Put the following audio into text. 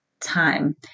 time